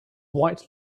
white